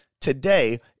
today